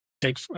take